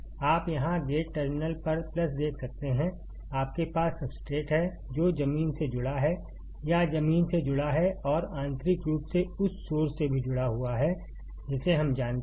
आप यहां gate terminal पर प्लस देख सकते हैं आपके पास सब्सट्रेट है जो जमीन से जुड़ा है या जमीन से जुड़ा है और आंतरिक रूप से उस सोर्स से भी जुड़ा हुआ है जिसे हम जानते हैं